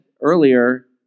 earlier